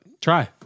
Try